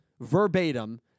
verbatim